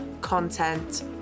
content